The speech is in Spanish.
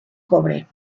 cobre